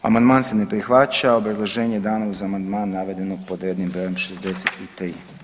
Amandman se ne prihvaća, obrazloženje je dano uz amandman navedenog pod rednim brojem 63.